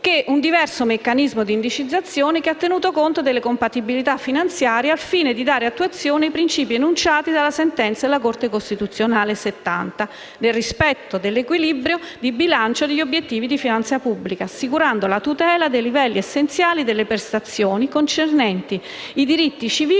un diverso meccanismo di indicizzazione, che ha tenuto conto delle compatibilità finanziarie al fine di dare attuazione ai principi enunciati nella sentenza della Corte costituzionale n. 70 del 2015, nel rispetto del principio dell'equilibrio di bilancio e degli obiettivi di finanza pubblica, assicurando la tutela dei livelli essenziali delle prestazioni concernenti i diritti civili